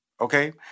okay